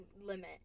limit